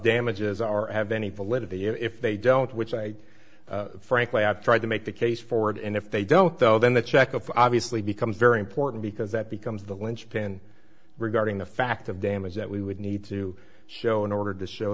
damages are have any validity if they don't which i frankly i've tried to make the case forward and if they don't though then the check of obviously becomes very important because that becomes the lynchpin regarding the fact of damage that we would need to show in order to show